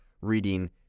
reading